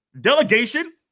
delegation